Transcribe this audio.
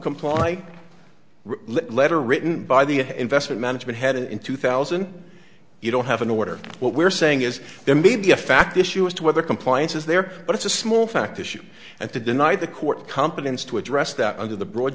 comply let letter written by the investment management head in two thousand you don't have an order what we're saying is there may be a fact issue as to whether compliance is there but it's a small fact issue and to deny the court competence to address that under the broad